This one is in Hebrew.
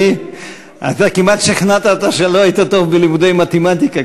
אתה כמעט שכנעת אותנו שלא היית טוב בלימודי מתמטיקה,